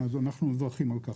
אז אנחנו מברכים על כך.